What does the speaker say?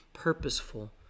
purposeful